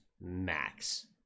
max